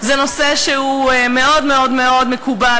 זה נושא שהוא מאוד מאוד מאוד מקובל,